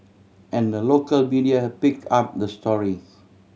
and the local media picked up the story